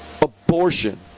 abortion